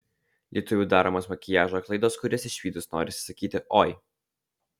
lietuvių daromos makiažo klaidos kurias išvydus norisi sakyti oi